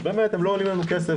באמת הם לא עולים לנו כסף,